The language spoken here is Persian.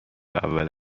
اول